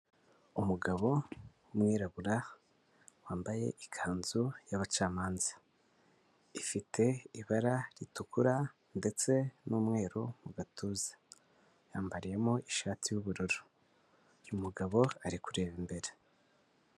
Umugabo w'umwirabura wambaye ikanzu yabacamanza ifite ibara ritukura ndetse n'umweru mu gatuza, yambariyemo ishati y'ubururu; uyu umugabo ari kureba imbere.